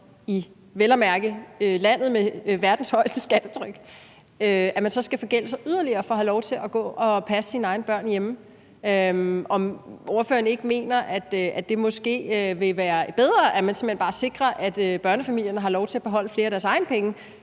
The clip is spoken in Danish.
– vel at mærke i landet med verdens højeste skattetryk – at have lov til at gå hjemme og passe sine egne børn. Og derfor vil jeg høre, om ordføreren ikke mener, at det måske vil være bedre, at man simpelt hen bare sikrer, at børnefamilierne har lov til at beholde flere af deres egne penge,